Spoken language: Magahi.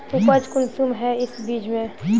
उपज कुंसम है इस बीज में?